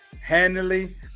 handily